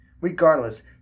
Regardless